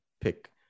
pick